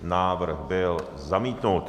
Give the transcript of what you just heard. Návrh byl zamítnut.